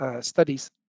studies